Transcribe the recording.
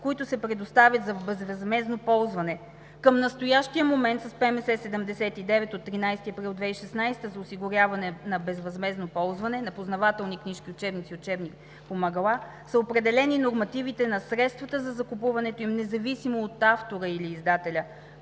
които се предоставят за безвъзмездно ползване. Към настоящия момент с ПМС № 79 от 13 април 2016 г. за осигуряване на безвъзмездно ползване на познавателни книжки, учебници и учебни помагала са определени нормативите на средствата за закупуването им, независимо от автора или издателя.